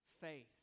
Faith